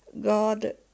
God